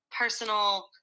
personal